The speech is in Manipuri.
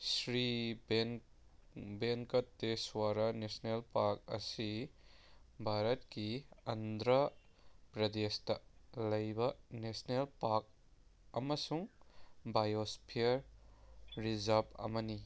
ꯁ꯭ꯔꯤ ꯕꯦꯟꯀꯇꯦꯁ꯭ꯋꯥꯔꯥ ꯅꯦꯁꯅꯦꯜ ꯄꯥꯔꯛ ꯑꯁꯤ ꯚꯥꯔꯠꯀꯤ ꯑꯟꯗ꯭ꯔ ꯄꯔꯗꯦꯁꯇ ꯂꯩꯕ ꯅꯦꯁꯅꯦꯜ ꯄꯥꯔꯛ ꯑꯃꯁꯨꯡ ꯕꯥꯏꯑꯣꯁꯐꯤꯌꯔ ꯔꯤꯖꯥꯔꯞ ꯑꯃꯅꯤ